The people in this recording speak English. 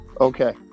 okay